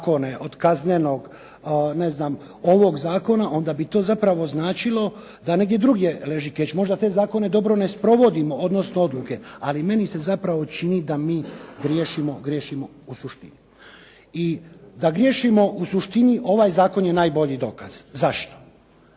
ne znam ovog zakona, onda bi to zapravo značilo da negdje drugdje leži keč. Možda te zakone dobro ne sprovodimo, odnosno odluke. Ali meni se zapravo čini da mi griješimo u suštini. Da mi griješimo u suštini ovaj zakon je najbolji dokaz. Zašto?